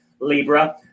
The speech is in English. Libra